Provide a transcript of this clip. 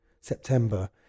September